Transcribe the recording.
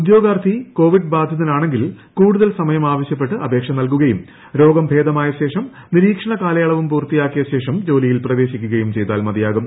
ഉദ്യോഗാർഥി Covid ബാധിതനാണെങ്കിൽ കൂടുതൽ സമയം ആവശ്യപ്പെട്ട് അപേക്ഷ നൽകുകയും രോഗം ഭേദമായ ശേഷം നിരീക്ഷണ് കാലയളവും പൂർത്തിയാക്കിയ ശേഷം ജോലിയിൽ പ്രവേശിക്കുകയും ചെയ്താൽ മതിയാകും